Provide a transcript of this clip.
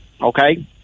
okay